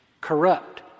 corrupt